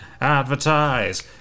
advertise